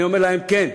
אני אומר להם: כן,